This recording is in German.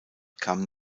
kam